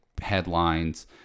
headlines